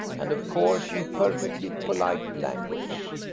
and of course in perfectly polite language.